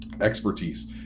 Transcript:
expertise